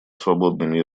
свободными